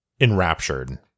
enraptured